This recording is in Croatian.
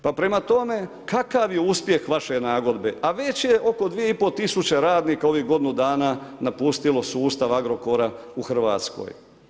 Pa prema tome kakav je uspjeh vaše nagodbe, a već je oko 2,5 tisuće radnika u ovih godinu dana napustilo sustav Agrokora u Hrvatskoj.